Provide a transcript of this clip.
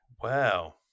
Wow